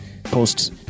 posts